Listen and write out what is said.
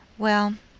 well,